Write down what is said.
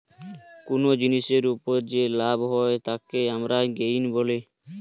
কুনো জিনিসের উপর যে লাভ হয় তাকে আমরা গেইন বলি